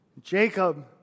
Jacob